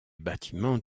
bâtiments